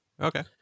Okay